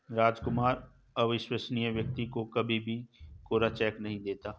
रामकुमार अविश्वसनीय व्यक्ति को कभी भी कोरा चेक नहीं देता